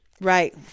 Right